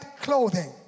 clothing